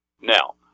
Now